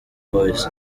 boyz